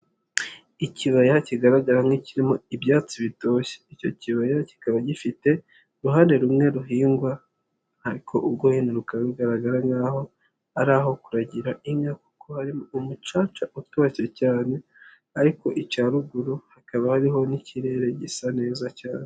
Ikibaya kigaragara nk'ikirimo ibyatsi bitoshye, icyo kibaya kikaba gifite uruhande rumwe ruhingwa ariko urwo hino bikaba bigaragara nkaho ari aho kuragira inka kuko ari umucaca utoshye cyane ariko icya ruguru hakaba hariho n'ikirere gisa neza cyane.